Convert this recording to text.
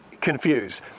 confused